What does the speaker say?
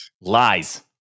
Lies